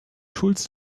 schulz